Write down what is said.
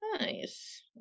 nice